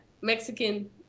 Mexican